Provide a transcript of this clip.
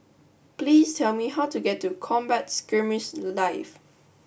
please tell me how to get to Combat Skirmish Live